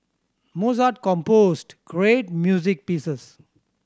mozart composed great music pieces